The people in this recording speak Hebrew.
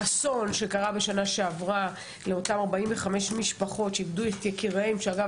האסון שקרה בשנה שעברה לאותן 45 משפחות שאיבדו את יקיריהן אגב,